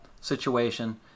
situation